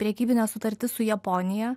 prekybinė sutartis su japonija